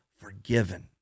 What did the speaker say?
forgiven